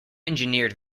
engineered